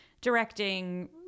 directing